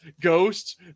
ghosts